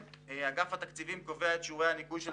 אגף התקציבים קובע את שיעורי הניכוי של